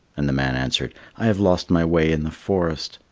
and the man answered, i have lost my way in the forest.